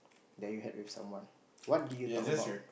that you had with someone what did you talk about